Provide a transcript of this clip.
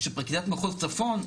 שפרקליטת מחוז צפון,